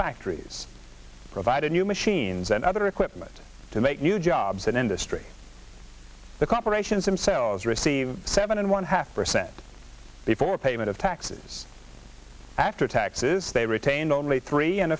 factories provide a new machines and other equipment to make new jobs in industry the corporations themselves received seven and one half percent before payment of taxes after taxes they retained only three and